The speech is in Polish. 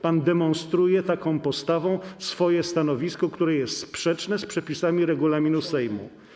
Pan demonstruje taką postawą swoje stanowisko, które jest sprzeczne z przepisami regulaminu Sejmu.